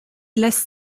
lässt